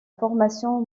formation